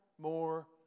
more